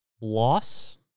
loss